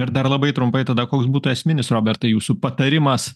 ir dar labai trumpai tada koks būtų esminis robertai jūsų patarimas